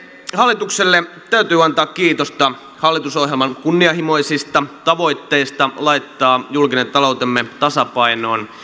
hallitukselle täytyy antaa kiitosta hallitusohjelman kunnianhimoisista tavoitteista laittaa julkinen taloutemme tasapainoon